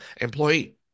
employee